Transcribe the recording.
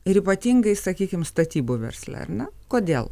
ir ypatingai sakykim statybų versle ar ne kodėl